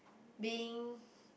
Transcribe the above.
being